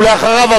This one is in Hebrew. ואחריו,